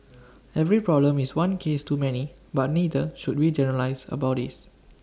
every problem is one case too many but neither should we generalise about these